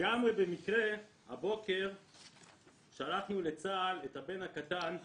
לגמרי במקרה הבוקר שלחנו לצה"ל את הבן הקטן שלנו.